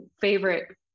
favorite